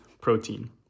protein